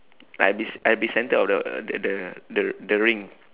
like I'll be c~ I'll be centre of the the the the the ring